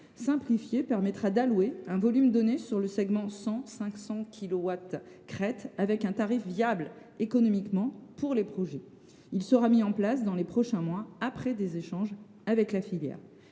simplifié permettra d’allouer un volume donné au segment 100 500 kilowatts crête, en garantissant un tarif viable économiquement pour les projets. Il sera mis en place dans les prochains mois, après des échanges avec la filière.